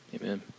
Amen